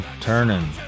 Turning